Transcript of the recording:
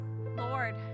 Lord